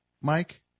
Mike